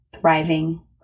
thriving